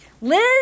Liz